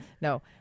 No